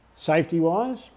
safety-wise